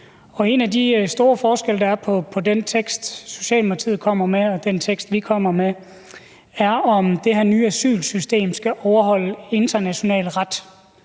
En af de store forskelle, der er på den tekst, Socialdemokratiet kommer med, og den tekst, vi kommer med, er, om det her nye asylsystem skal overholde international ret.